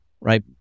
right